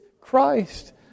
Christ